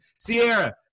Sierra